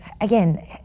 again